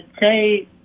say